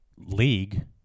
league